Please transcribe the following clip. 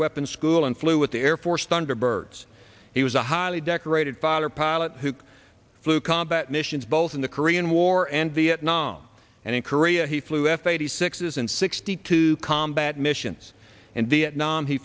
weapons school and flew with the air force thunderbirds he was a highly decorated father pilot who flew combat missions both in the korean war and vietnam and in korea he flew f eighty six in sixty two combat missions and vietnam he